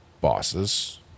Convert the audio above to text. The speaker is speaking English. Bosses